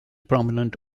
prominent